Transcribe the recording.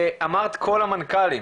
אמרת 'כל המנכ"לים'.